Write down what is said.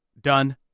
done